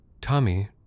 Tommy